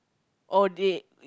all day